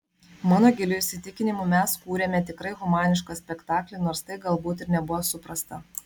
mano giliu įsitikinimu mes kūrėme tikrai humanišką spektaklį nors tai galbūt ir nebuvo suprasta